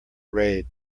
raid